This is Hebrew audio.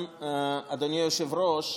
אדוני היושב-ראש,